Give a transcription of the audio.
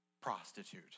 prostitute